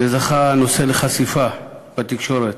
והנושא זכה לחשיפה בתקשורת.